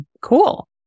Cool